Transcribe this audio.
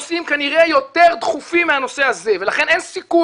יהיו כמה נושאים כנראה יותר דחופים מהנושא הזה ולכן אין סיכוי